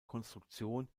konstruktion